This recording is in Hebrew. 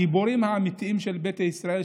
הגיבורים האמיתיים של ביתא ישראל,